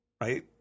right